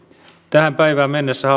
tähän päivään mennessä